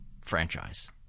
franchise